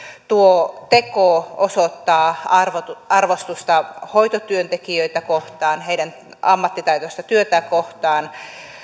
tuo teko osoittaa arvostusta arvostusta hoitotyöntekijöitä kohtaan heidän ammattitaitoista työtään kohtaan